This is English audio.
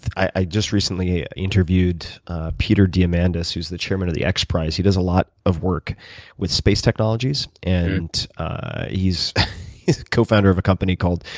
i just recently interviewed peter diamandis who is the chairman of the xprize. he does a lot of work with space technologies, and he's the cofounder of a company called,